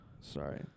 Sorry